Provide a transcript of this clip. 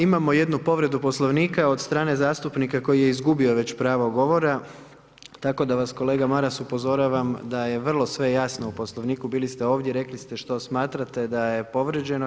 Imamo jednu povredu Poslovnika od strane zastupnika koji je izgubio već pravo govora, tako da vas kolega Maras upozoravam da je vrlo sve jasno u Poslovniku, bili ste ovdje i rekli ste što smatrate da je povrijeđeno.